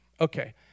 okay